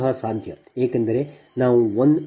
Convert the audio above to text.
ಇದು ಸಹ ಸಾಧ್ಯ ಏಕೆಂದರೆ ನಾವು 1∠0p